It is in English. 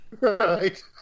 Right